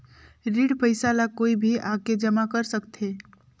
ऋण पईसा ला कोई भी आके जमा कर सकथे?